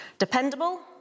Dependable